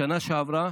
בשנה שעברה